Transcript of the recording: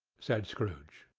said scrooge.